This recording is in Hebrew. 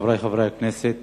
חברי חברי הכנסת,